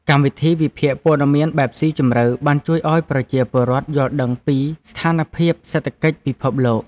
កម្មវិធីវិភាគព័ត៌មានបែបស៊ីជម្រៅបានជួយឱ្យប្រជាពលរដ្ឋយល់ដឹងពីស្ថានភាពសេដ្ឋកិច្ចពិភពលោក។